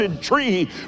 tree